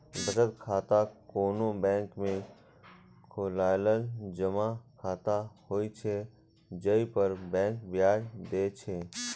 बचत खाता कोनो बैंक में खोलाएल जमा खाता होइ छै, जइ पर बैंक ब्याज दै छै